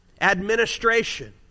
administration